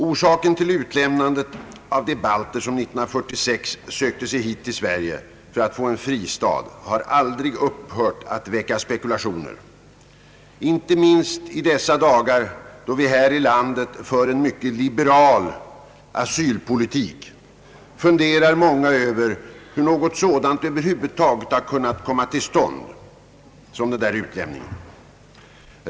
Orsaken till utlämnandet av de balter som år 1946 sökte sig hit till Sverige för att få en fristad har aldrig upphört att väcka spekulationer. Inte minst i dessa dagar, då vi här i landet för en mycket liberal asylpolitik, funderar många över hur detta utlämnande någonsin har kunnat komma till stånd.